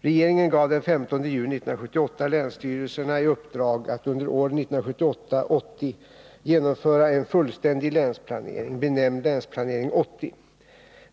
Regeringen gav den 15 juni 1978 länsstyrelserna i uppdrag att under åren 1978-1980 genomföra en fullständig länsplanering — benämnd Länsplanering 1980.